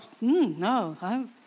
no